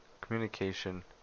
communication